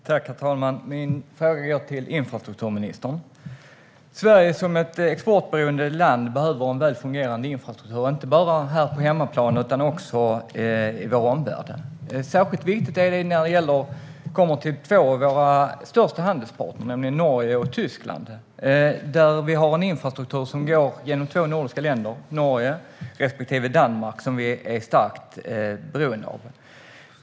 Herr talman! Min fråga går till infrastrukturministern. Sverige som är ett exportberoende land behöver en väl fungerande infrastruktur inte bara här på hemmaplan utan också i vår omvärld. Särskilt viktigt är det när det kommer till två av våra största handelspartner, nämligen Norge och Tyskland. Där har vi en infrastruktur som går genom två nordiska länder, Norge respektive Danmark, som vi är starkt beroende av.